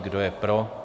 Kdo je pro?